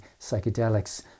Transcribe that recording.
psychedelics